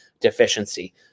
deficiency